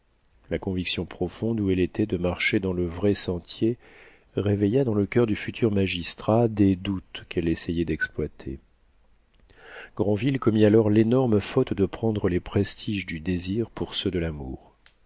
la conviction profonde où elle était de marcher dans le vrai sentier réveilla dans le coeur du futur magistrat des doutes qu'elle essayait d'exploiter granville commit alors l'énorme faute de prendre les prestiges du désir pour ceux de l'amour